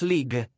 League